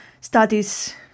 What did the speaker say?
studies